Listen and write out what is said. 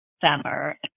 summer